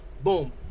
Boom